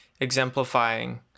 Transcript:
exemplifying